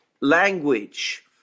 language